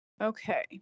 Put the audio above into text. Okay